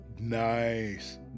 Nice